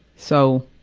so,